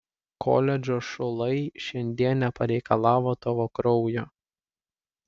koledžo šulai šiandien nepareikalavo tavo kraujo